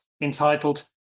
entitled